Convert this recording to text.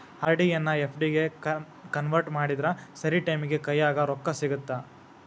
RD ಎನ್ನಾ FD ಗೆ convert ಮಾಡಿದ್ರ ಸರಿ ಟೈಮಿಗಿ ಕೈಯ್ಯಾಗ ರೊಕ್ಕಾ ಸಿಗತ್ತಾ